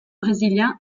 brésilien